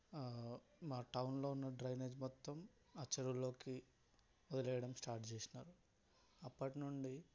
మా టౌన్లో ఉన్న డ్రైనేజ్ మొత్తం ఆ చెరువులోకి వదిలేయడం స్టార్ట్ చేసినారు అప్పటి నుండి